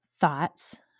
thoughts